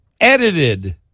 edited